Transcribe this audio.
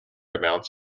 amounts